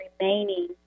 remaining